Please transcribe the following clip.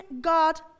God